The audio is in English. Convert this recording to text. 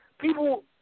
people